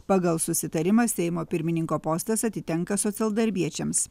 pagal susitarimą seimo pirmininko postas atitenka socialdarbiečiams